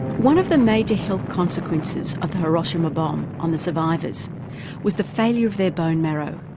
one of the major health consequences of the hiroshima bomb on the survivors was the failure of their bone marrow,